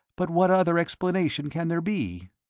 but what other explanation can there be?